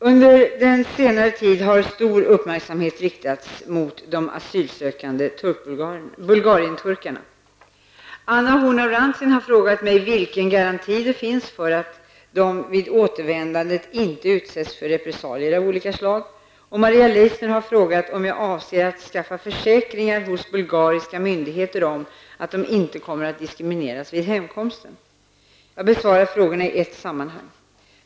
Herr talman! Under senare tid har stor uppmärksamhet riktats mot de asylsökande bulgarien-turkarna. Anna Horn af Rantzien har frågat mig vilken garanti det finns för att de vid återvändandet inte utsätts för repressalier av olika slag. Maria Leissner har frågat om jag avser att skaffa försäkringar hos bulgariska myndigheter om att de inte kommer att diskrimineras vid hemkomsten. Jag besvarar frågorna i ett sammanhang.